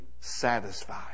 satisfied